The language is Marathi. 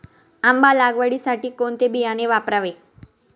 आंबा लागवडीसाठी कोणते बियाणे वापरावे?